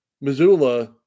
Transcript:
Missoula